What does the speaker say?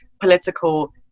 political